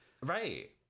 Right